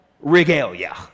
regalia